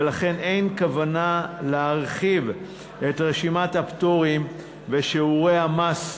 ולכן אין כוונה להרחיב את רשימת הפטורים ושיעורי המס המיוחדים.